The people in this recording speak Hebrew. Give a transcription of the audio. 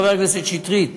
חבר הכנסת שטרית,